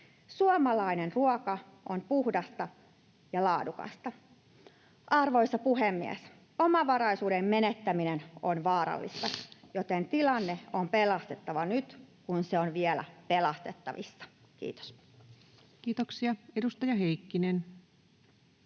Suomalainen ruoka on puhdasta ja laadukasta. Arvoisa puhemies, omavaraisuuden menettäminen on vaarallista, joten tilanne on pelastettava nyt, kun se on vielä pelastettavissa. — Kiitos. Kiitoksia. — Edustaja Heikkinen.